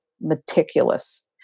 meticulous